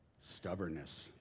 Stubbornness